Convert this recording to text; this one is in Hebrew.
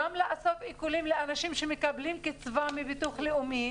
גם לעשות עיקולים לאנשים שמקבלים קצבה מהביטוח הלאומי,